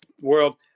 world